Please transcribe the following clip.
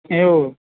એવું